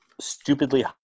stupidly